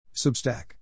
Substack